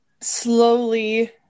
slowly